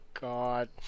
God